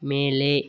மேலே